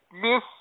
miss